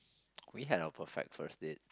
we had a perfect first date